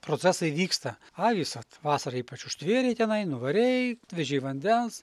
procesai vyksta avys vat vasarą ypač užtvėrei tenai nuvarei atvežei vandens